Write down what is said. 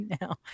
now